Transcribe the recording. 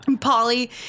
Polly